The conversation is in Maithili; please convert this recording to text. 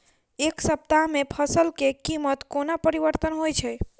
एक सप्ताह मे फसल केँ कीमत कोना परिवर्तन होइ छै?